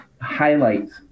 highlights